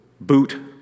boot